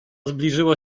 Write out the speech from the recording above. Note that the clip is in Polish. zbliżyło